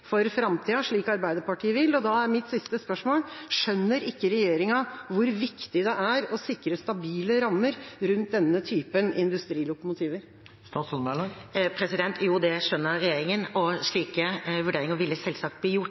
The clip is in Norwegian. for framtida, slik Arbeiderpartiet vil. Og da er mitt siste spørsmål: Skjønner ikke regjeringa hvor viktig det er å sikre stabile rammer rundt denne typen industrilokomotiver? Jo, det skjønner regjeringen, og slike vurderinger ville selvsagt bli gjort.